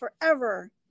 forever